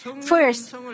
First